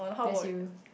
just you